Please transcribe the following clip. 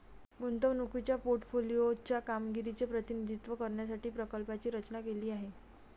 गुंतवणुकीच्या पोर्टफोलिओ च्या कामगिरीचे प्रतिनिधित्व करण्यासाठी प्रकल्पाची रचना केली आहे